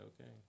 okay